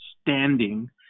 standing